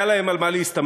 היה להם על מה להסתמך: